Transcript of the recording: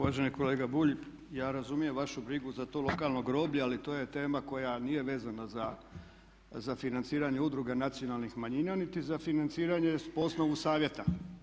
Uvaženi kolega Bulj, ja razumijem vašu brigu za to lokalno groblje ali to je tema koja nije vezana za financiranje udruga nacionalnih manjina, niti za financiranje po osnovu Savjeta.